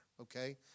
Okay